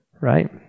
right